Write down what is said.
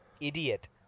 Idiot